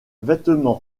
vêtement